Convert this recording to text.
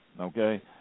okay